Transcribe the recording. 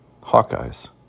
Hawkeyes